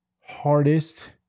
hardest